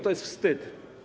To jest wstyd.